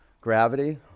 Gravity